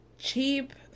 cheap